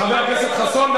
חבר הכנסת חסון,